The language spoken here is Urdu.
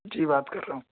جی بات کر رہا ہوں